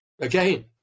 again